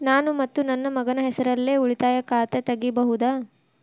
ನಾನು ಮತ್ತು ನನ್ನ ಮಗನ ಹೆಸರಲ್ಲೇ ಉಳಿತಾಯ ಖಾತ ತೆಗಿಬಹುದ?